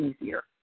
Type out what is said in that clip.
easier